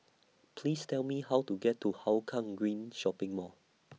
Please Tell Me How to get to Hougang Green Shopping Mall